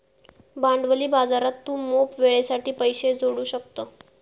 भांडवली बाजारात तू मोप वेळेसाठी पैशे जोडू शकतं